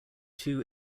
two